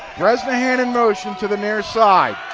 bresnahan in motion to the nearest side.